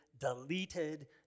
deleted